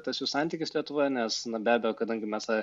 tas jų santykis lietuvoje nes na be abejo kadangi mes a